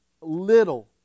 little